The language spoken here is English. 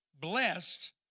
blessed